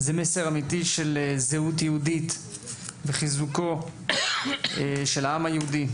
זה מסר אמיתי של זהות יהודית וחיזוק העם היהודי.